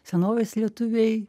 senovės lietuviai